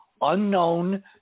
unknown